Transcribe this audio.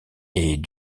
est